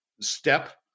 step